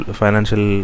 financial